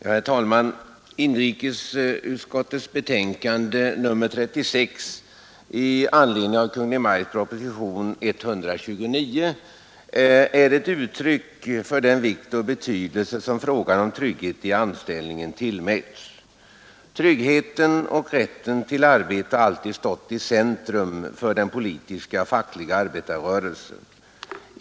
Herr talman! Inrikesutskottets betänkande nr 36 i anledning av Kungl. Maj:ts proposition nr 129 är ett uttryck för den vikt och betydelse som frågan om trygghet i anställningen tillmäts. Tryggheten och rätten till arbete har alltid stått i centrum för den politiska och fackliga arbetarrörelsen.